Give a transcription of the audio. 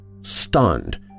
stunned